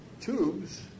tubes